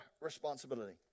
responsibility